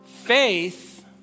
Faith